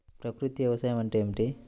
ప్రకృతి వ్యవసాయం అంటే ఏమిటి?